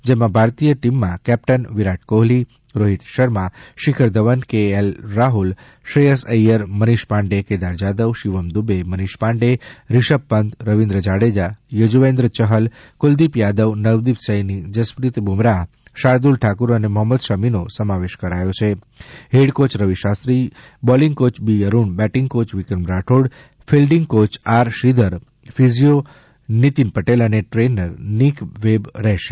જેમાં ભારતીયટીમમાં captain Virat Kohli Rohit Sharma Shikhar Dhawan K L Rahul Shreyas Iyer Manish Pandey Kedar Jadhav Shivam Dube Manish Pandey Rishabh Pant Ravindra Jadeja Yuzvendra Chahal Kuldeep Yadav Navdeep Saini Jasprit Bumrah Shardul Thakur અને મોહમ્મદ શમી નો સમાવેશ કરાયો છે coach B Arun batting coach Vikram Rathour fielding coach R Sridhar physio Nitin Patel અને દ્રેઇનર નીક વેબ રહેશે